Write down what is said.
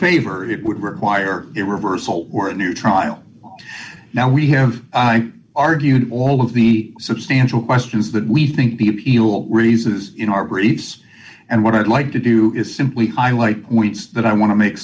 favor it would require a reversal or a new trial now we have argued all of the substantial questions that we think people will raises in our briefs and what i'd like to do is simply highlight points that i want to make